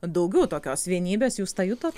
daugiau tokios vienybės jūs tą jutot